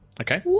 Okay